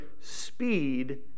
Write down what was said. speed